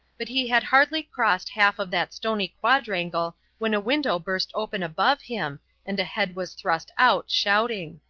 but he had hardly crossed half of that stony quadrangle when a window burst open above him and a head was thrust out, shouting.